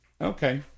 Okay